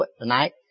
tonight